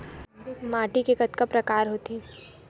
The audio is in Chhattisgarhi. माटी के कतका प्रकार होथे?